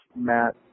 Matt